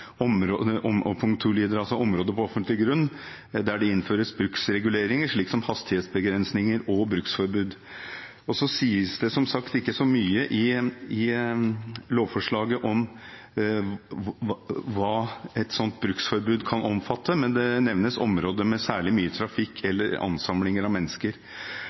på offentlig grunn der det innføres bruksreguleringer slik som hastighetsbegrensninger og bruksforbud». Det sies, som sagt, ikke så mye i lovforslaget om hva et slikt bruksforbud kan omfatte, men det nevnes områder med særlig mye trafikk eller ansamlinger av mennesker.